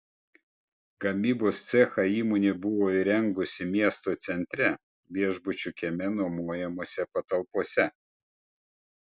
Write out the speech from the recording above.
gamybos cechą įmonė buvo įrengusi miesto centre viešbučio kieme nuomojamose patalpose